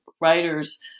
writers